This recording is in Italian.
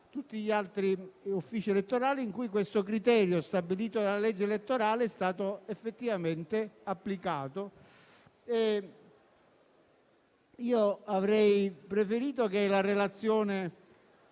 gli altri uffici elettorali, in cui questo criterio, stabilito dalla legge elettorale, è stato effettivamente applicato. Avrei preferito che la relazione